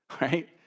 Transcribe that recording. right